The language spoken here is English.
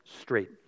straight